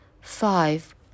Five